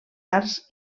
arts